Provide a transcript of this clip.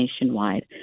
nationwide